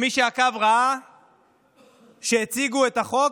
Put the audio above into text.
מי שעקב ראה שכשהציגו את החוק,